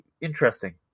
interesting